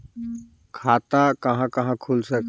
खाता कहा कहा खुल सकथे?